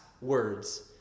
words